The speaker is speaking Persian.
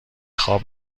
خواب